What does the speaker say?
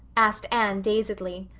asked anne, dazedly.